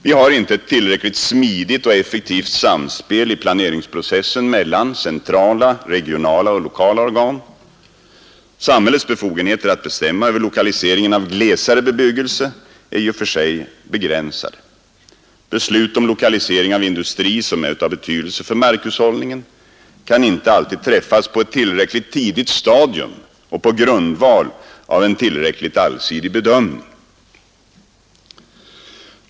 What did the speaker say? Vi har inte ett tillräckligt smidigt och effektivt samspel i planeringsprocessen mellan centrala, regionala och lokala organ. Samhällets befogenheter att bestämma över lokaliseringen av glesare bebyggelse är i och för sig begränsade. Beslut om lokalisering av industri som är av betydelse för markhushållningen kan inte alltid träffas på ett tillräckligt tidigt stadium och på grundval av en tillräckligt allsidig bedömning.